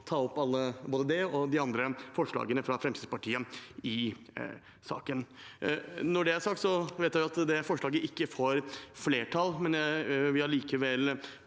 og de andre forslagene fra Fremskrittspartiet i saken. Når det er sagt, vet jeg at det forslaget ikke får flertall, men jeg vil allikevel